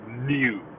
new